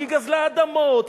היא גזלה אדמות,